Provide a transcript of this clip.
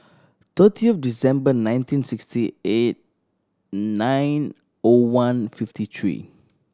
thirtieth December nineteen sixty eight nine O one fifty three